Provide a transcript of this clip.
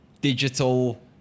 digital